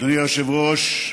אדוני היושב-ראש,